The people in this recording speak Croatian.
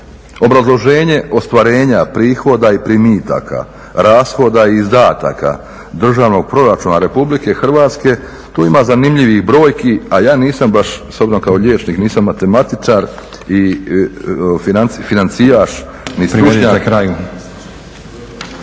obrazloženje ostvarenja prihoda i primitaka, rashoda i izdataka državnog proračuna Republike Hrvatske tu ima zanimljivih brojki a ja nisam baš, s obzirom kao liječnik, nisam matematičar i financijaš, nisam stručnjak.